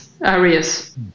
areas